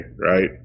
right